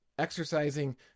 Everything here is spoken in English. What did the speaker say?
exercising